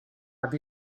have